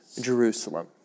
Jerusalem